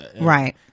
Right